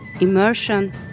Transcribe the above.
immersion